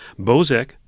Bozek